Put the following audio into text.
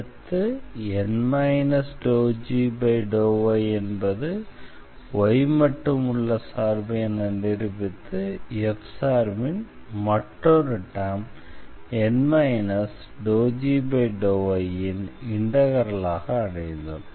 அடுத்து N ∂g∂y என்பது y மட்டும் உள்ள சார்பு என நிரூபித்து f சார்பின் மற்றொரு டெர்ம் N ∂g∂yன் இண்டெக்ரலாக அடைந்தோம்